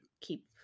keep